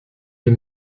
les